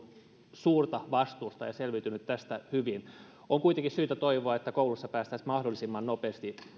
suurta vastuuta ja selviytyneet tästä hyvin on kuitenkin syytä toivoa että kouluissa päästäisiin mahdollisimman nopeasti